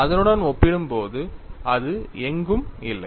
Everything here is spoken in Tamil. அதனுடன் ஒப்பிடும்போது அது எங்கும் இல்லை